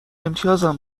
امتیازم